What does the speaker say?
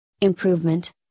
improvement